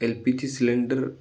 LPG cylinder